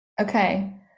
Okay